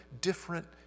different